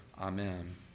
Amen